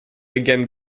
again